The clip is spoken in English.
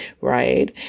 Right